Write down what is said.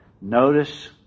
notice